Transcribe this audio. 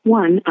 one